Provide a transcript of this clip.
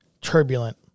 turbulent